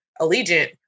Allegiant